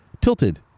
tilted